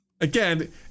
Again